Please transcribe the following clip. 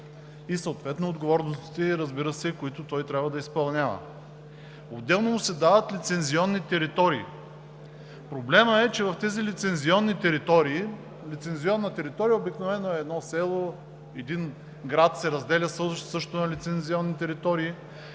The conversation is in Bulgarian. лицензия и отговорностите, разбира се, които той трябва да изпълнява, отделно му се дават лицензионни територии. Проблемът е, че в тези лицензионни територии – лицензионна територия обикновено е едно село, един град също се разделя на лицензионни територии,